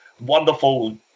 wonderful